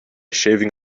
shaving